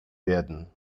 werden